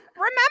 Remember